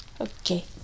Okay